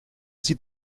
sieht